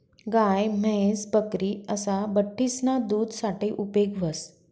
गाय, म्हैस, बकरी असा बठ्ठीसना दूध साठे उपेग व्हस